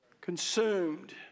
Consumed